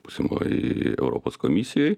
būsimoj europos komisijoj